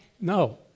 No